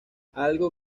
algo